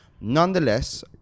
Nonetheless